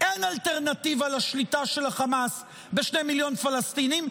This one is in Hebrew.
אין אלטרנטיבה לשליטה של חמאס בשני מיליון פלסטינים.